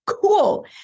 cool